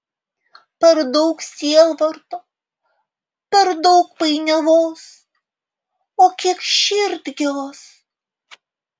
per daug sielvarto per daug painiavos o kiek širdgėlos